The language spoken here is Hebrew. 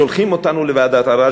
שולחים אותנו לוועדת ערר,